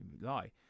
lie